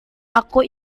aku